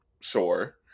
sure